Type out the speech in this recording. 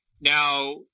Now